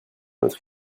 notre